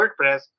WordPress